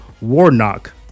Warnock